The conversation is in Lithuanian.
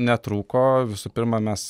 netrūko visų pirma mes